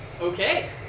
Okay